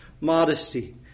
modesty